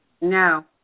No